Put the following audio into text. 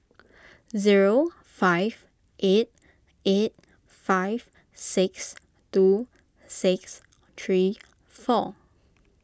zero five eight eight five six two six three four